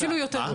אפילו יותר.